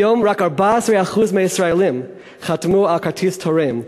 כיום רק 14% מהישראלים חתמו על כרטיס תורם.